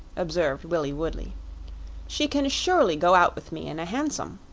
observed willie woodley she can surely go out with me in a hansom.